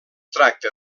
tracta